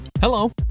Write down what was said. Hello